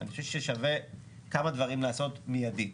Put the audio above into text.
אני חושב ששווה כמה דברים לעשות מיידית.